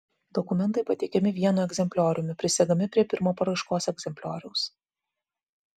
dokumentai pateikiami vienu egzemplioriumi prisegami prie pirmo paraiškos egzemplioriaus